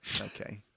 Okay